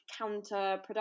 counterproductive